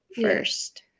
first